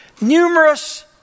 numerous